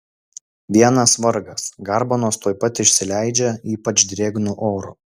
vienas vargas garbanos tuoj pat išsileidžia ypač drėgnu oru